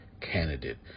candidate